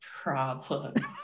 problems